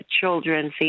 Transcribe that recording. Children